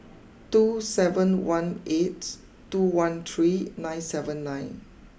two seven one eight two one three nine seven nine